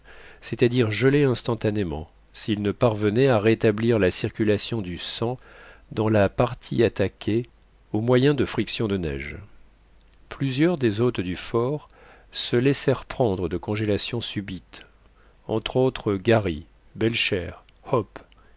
c'est-à-dire gelé instantanément s'il ne parvenait à rétablir la circulation du sang dans la partie attaquée au moyen de frictions de neige plusieurs des hôtes du fort se laissèrent prendre de congélation subite entre autres garry belcher hope